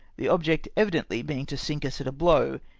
the object evi dently being to sink us at a blow,